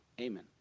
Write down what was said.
Amen